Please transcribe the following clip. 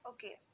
Okay